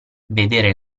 vedere